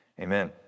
amen